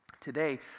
Today